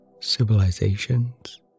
civilizations